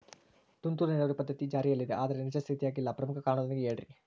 ತುಂತುರು ನೇರಾವರಿ ಪದ್ಧತಿ ಜಾರಿಯಲ್ಲಿದೆ ಆದರೆ ನಿಜ ಸ್ಥಿತಿಯಾಗ ಇಲ್ಲ ಪ್ರಮುಖ ಕಾರಣದೊಂದಿಗೆ ಹೇಳ್ರಿ?